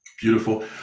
Beautiful